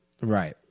Right